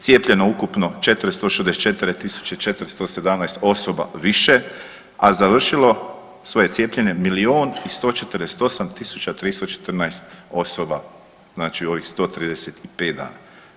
Cijepljeno ukupno 464 tisuće 417 osoba više, a završilo svoje cijepljenje milijun i 148 tisuća 314 osoba znači u ovih 135 dana.